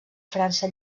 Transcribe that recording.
frança